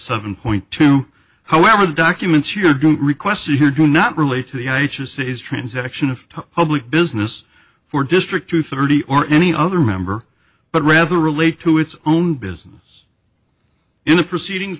seven point two however the documents here don't request you here do not relate to the i h s is transaction of public business for district to thirty or any other member but rather relate to its own business in the proceedings